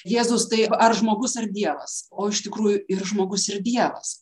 jėzus tai ar žmogus ar dievas o iš tikrųjų ir žmogus ir dievas